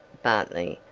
bartley,